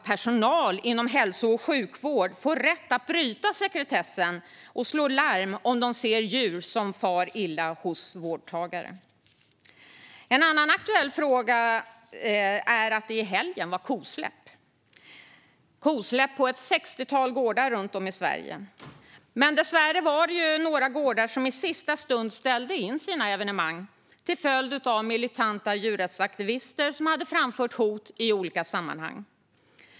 Personal inom hälso och sjukvård får också rätt att bryta sekretessen och slå larm om de ser djur som far illa hos vårdtagare. En annan aktuell fråga är att det i helgen var kosläpp på ett sextiotal gårdar runt om i Sverige. Men dessvärre var det några gårdar som i sista stund ställde in sina evenemang till följd av att militanta djurrättsaktivister hade framfört hot i olika sammanhang.